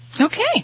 Okay